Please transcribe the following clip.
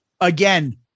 again